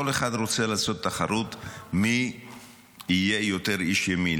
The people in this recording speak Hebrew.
כל אחד רוצה לעשות תחרות מי יהיה יותר איש ימין.